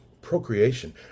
procreation